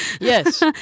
Yes